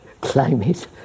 climate